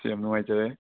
ꯁꯦ ꯌꯥꯝ ꯅꯨꯡꯉꯥꯏꯖꯔꯦ